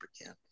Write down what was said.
again